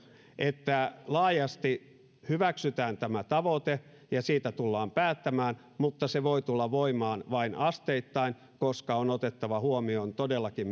että laajasti hyväksytään tämä tavoite ja siitä tullaan päättämään mutta se voi tulla voimaan vain asteittain koska on otettava huomioon todellakin